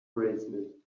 bracelet